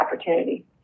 opportunity